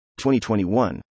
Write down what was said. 2021